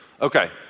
Okay